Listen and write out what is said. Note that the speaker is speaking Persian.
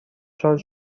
شارژ